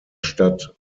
stadt